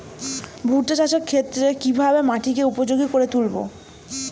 ভুট্টা চাষের ক্ষেত্রে কিভাবে মাটিকে উপযোগী করে তুলবো?